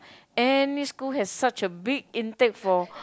any school has such a big intake for